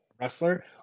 wrestler